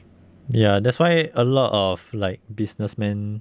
ya that's why a lot of like businessman